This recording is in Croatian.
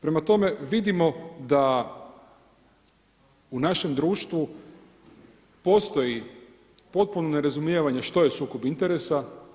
Prema tome, vidimo da u našem društvu postoji potpuno nerazumijevanje što je sukob interesa.